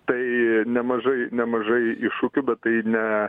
tai nemažai nemažai iššūkių bet tai ne